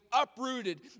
uprooted